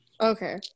Okay